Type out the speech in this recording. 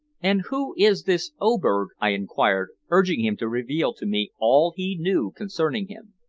and who is this oberg? i inquired, urging him to reveal to me all he knew concerning him.